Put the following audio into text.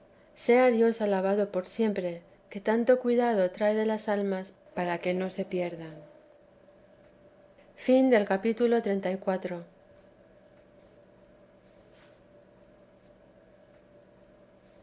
sea dios alabado por siempre que tanto cuidado tiene de las almas para que no se pierdan